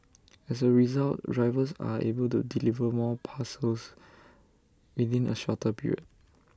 as A result drivers are able to deliver more parcels within A shorter period